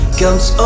comes